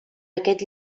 aquest